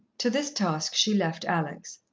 to this task she left alex.